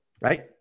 right